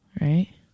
right